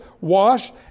wash